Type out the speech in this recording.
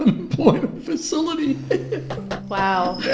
ah unemployment facility wow yeah